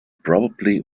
probably